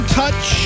touch